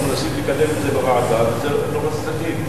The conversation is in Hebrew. אנחנו מנסים לקדם את זה בוועדה ולא מצליחים.